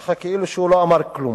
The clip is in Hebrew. כך שכאילו הוא לא אמר כלום.